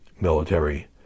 military